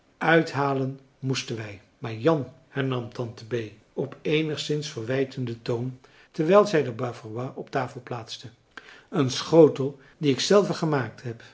uithalen moesten wij maar jan hernam tante bee op eenigszins verwijtenden toon terwijl zij de bavaroise op tafel plaatste een schotel dien ik zelve gemaakt heb